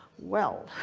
well,